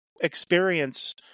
experience